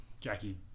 jackie